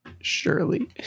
Surely